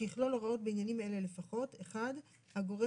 שיכלול הוראות בעניינים אלה לפחות: הגורם